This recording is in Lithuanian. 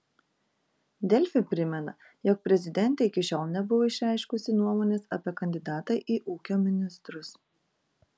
delfi primena jog prezidentė iki šiol nebuvo išreiškusi nuomonės apie kandidatą į ūkio ministrus